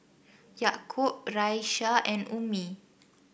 Yaakob Raisya and Ummi